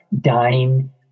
dying